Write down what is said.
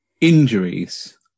injuries